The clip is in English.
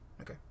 Okay